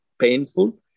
painful